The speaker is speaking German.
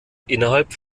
innerhalb